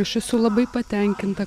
aš esu labai patenkinta